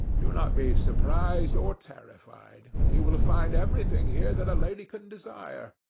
do not be surprised or terrified you will find everything here that a lady can desire,